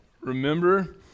remember